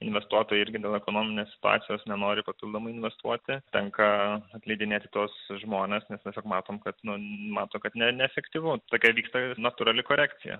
investuotojai irgi dėl ekonominės situacijos nenori papildomai investuoti tenka atleidinėti tuos žmones nes mes matome kad numato kad neefektyvu tokia vyksta natūrali korekcija